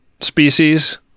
species